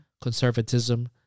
conservatism